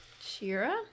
Shira